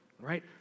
right